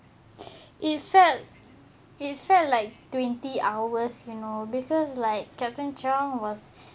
it felt it felt like twenty hours you know because like captain cheong was